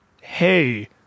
hey